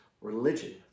religion